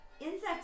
insects